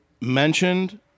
mentioned